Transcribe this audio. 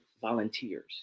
volunteers